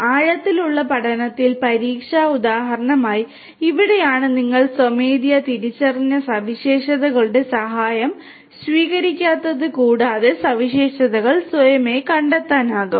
ആഴത്തിലുള്ള പഠനത്തിൽ പരീക്ഷാ ഉദാഹരണമായി ഇവിടെയാണ് നിങ്ങൾ സ്വമേധയാ തിരിച്ചറിഞ്ഞ സവിശേഷതകളുടെ സഹായം സ്വീകരിക്കാത്തത് കൂടാതെ സവിശേഷതകൾ സ്വയമേവ കണ്ടെത്താനാകും